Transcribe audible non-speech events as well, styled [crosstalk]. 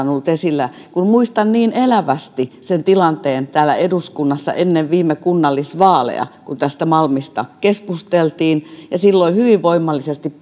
[unintelligible] on ollut esillä muistan niin elävästi sen tilanteen täällä eduskunnassa ennen viime kunnallisvaaleja kun tästä malmista keskusteltiin silloin hyvin voimallisesti [unintelligible]